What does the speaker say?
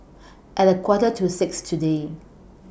At A Quarter to six today